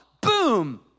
Boom